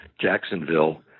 Jacksonville